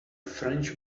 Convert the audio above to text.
french